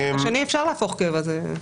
אפשר להפוך קבע.